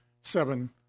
seven